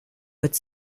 wird